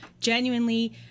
genuinely